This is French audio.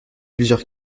plusieurs